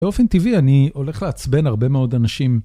באופן טבעי אני הולך לעצבן הרבה מאוד אנשים.